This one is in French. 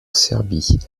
serbie